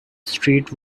street